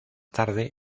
tarde